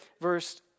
verse